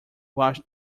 wash